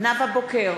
נאוה בוקר,